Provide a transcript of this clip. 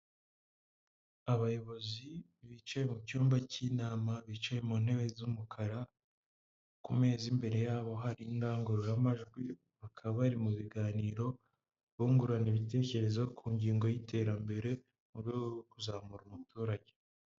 Abayobozi bicaye mu cyumba cy'inama, bicaye mu ntebe z'umukara, ku meza imbere yabo hari indangururamajwi, bakaba bari mu biganiro, bungurana ibitekerezo ku ngingo y'iterambere, mu rwego rwo kuzamura umuturage.